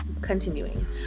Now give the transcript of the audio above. Continuing